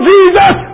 Jesus